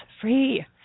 free